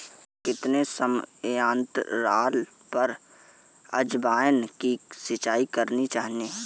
कितने समयांतराल पर अजवायन की सिंचाई करनी चाहिए?